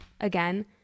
again